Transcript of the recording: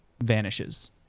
vanishes